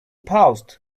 paused